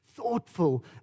thoughtful